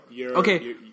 Okay